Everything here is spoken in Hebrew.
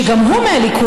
שגם הוא מהליכוד,